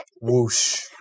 whoosh